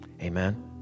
Amen